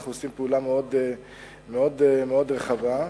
אנחנו עושים פעולה מאוד מאוד מאוד רחבה.